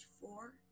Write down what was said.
four